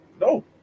no